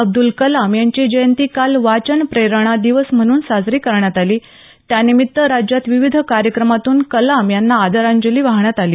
अब्दुल कलाम यांची जयंती काल वाचन प्रेरणा दिवस म्हणून साजरी करण्यात आली त्यानिमित्त राज्यात विविध कार्यक्रमांतून कलाम यांना आदरांजली वाहण्यात आली